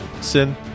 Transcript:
Sin